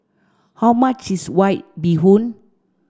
how much is white bee hoon